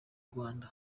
rwanda